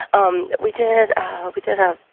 um we did we did um